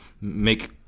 make